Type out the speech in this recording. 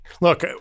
Look